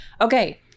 Okay